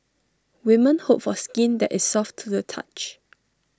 women hope for skin that is soft to the touch